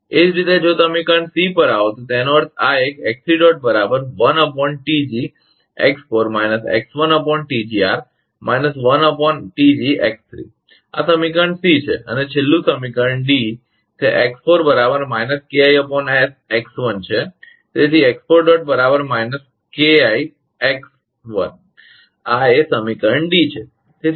એ જ રીતે જો તમે સમીકરણ સી પર આવો તો તેનો અર્થ આ એક ẋ3 આ સમીકરણ સી છે અને છેલ્લું સમીકરણ ડી તે x4 KI sx1 છે અને તેથી ẋ4 KIx1 આ એ સમીકરણ ડી છે